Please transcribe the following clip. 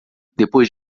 depois